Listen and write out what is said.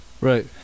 Right